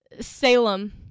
Salem